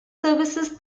services